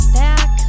back